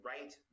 right